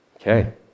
Okay